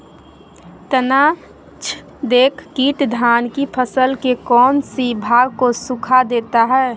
तनाछदेक किट धान की फसल के कौन सी भाग को सुखा देता है?